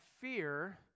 fear